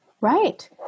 right